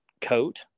coat